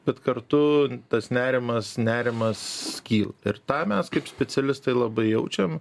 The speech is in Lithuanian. bet kartu tas nerimas nerimas kyla ir tą mes kaip specialistai labai jaučiam